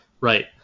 Right